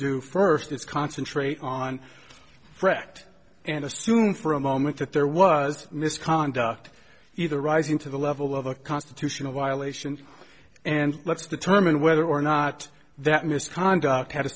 do first is concentrate on brecht and assume for a moment that there was misconduct either rising to the level of a constitutional violation and let's determine whether or not that misconduct had a